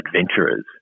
Adventurers